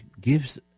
gives